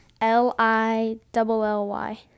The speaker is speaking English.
l-i-double-l-y